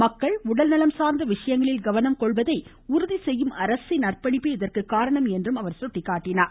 மக்கள் உடல்நலம் சார்ந்த விஷயங்களில் கவனம் கொள்வதை உறுதிசெய்யும் அரசின் அர்ப்பணிப்பே இதற்கு காரணம் என்று அவர் எடுத்துரைத்தார்